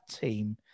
team